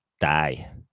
die